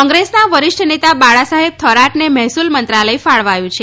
કોંગ્રેસના વરિષ્ઠ નેતા બાળાસાહેબ થોરાટને મહેસૂલ મંત્રાલય ફાળવાયું છે